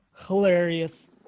hilarious